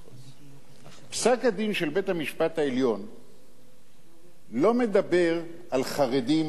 פסק-הדין של בית-המשפט העליון לא מדבר על חרדים,